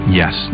yes